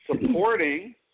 supporting